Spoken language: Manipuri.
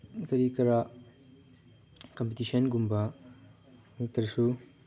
ꯀꯔꯤ ꯀꯔꯥ ꯀꯝꯄꯤꯇꯤꯁꯟꯒꯨꯝꯕ ꯅꯠꯇ꯭ꯔꯁꯨ